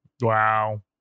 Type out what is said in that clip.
Wow